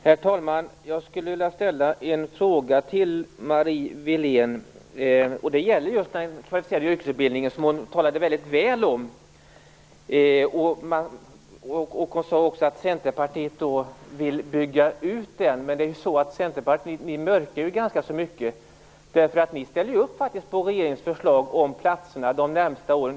Herr talman! Jag skulle vilja ställa en fråga till Marie Wilén. Det gäller just den kvalificerade yrkesutbildningen, som hon talade väldigt väl om. Hon sade också att Centerpartiet vill bygga ut den. Men ni i Centerpartiet mörkar ganska mycket, därför att ni ställer upp på regeringens förslag om platserna de närmaste åren.